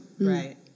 Right